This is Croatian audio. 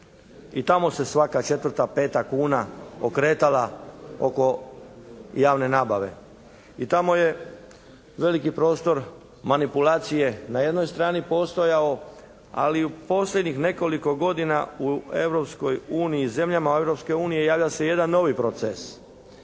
i tamo se svaka 4., 5. kuna okretala oko javne nabave. I tamo je veliki prostor manipulacije na jednoj strani postojao, ali u posljednjih nekoliko godina u Europskoj uniji, zemljama Europske unije javlja se jedan novi proces.